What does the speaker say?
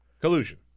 collusion